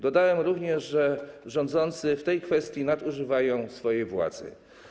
Dodałem również, że rządzący w tej kwestii nadużywają swojej władzy.